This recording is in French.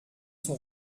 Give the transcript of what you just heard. son